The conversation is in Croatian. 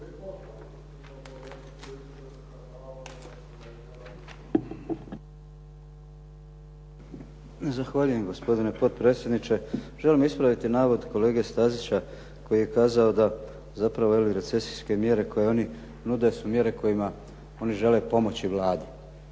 Zahvaljujem gospodine potpredsjedniče. Želim ispravit navod kolege Stazića koji je kazao da zapravo ove recesijske mjere koje oni nude su mjere kojima žele pomoći Vladu.